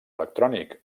electrònic